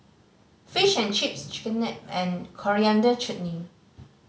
Fish and Chips Chigenabe and Coriander Chutney